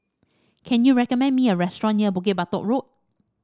can you recommend me a restaurant near Bukit Batok Road